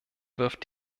wirft